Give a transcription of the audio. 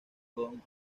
von